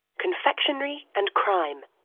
confectionary and crime.